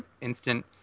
instant